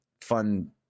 fun